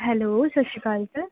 hello ਸਤਿ ਸ਼੍ਰੀ ਅਕਾਲ ਸਰ